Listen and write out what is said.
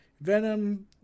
Venom